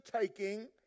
taking